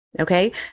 Okay